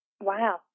Wow